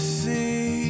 see